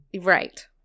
Right